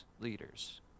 leaders